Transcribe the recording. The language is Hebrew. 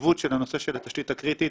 החשיבות של התשתית הקריטית,